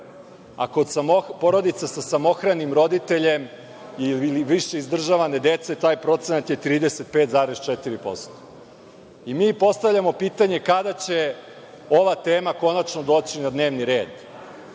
A kod porodica sa samohranim roditeljem ili više izdržavane dece, taj procenat je 35,4%.Mi postavljamo pitanje kada će ova tema konačno doći na dnevni